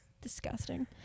Disgusting